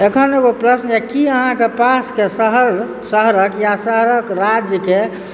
अखन एगो प्रश्न यऽ की अहाँके पासके शहर शहरक या शहरक राज्यके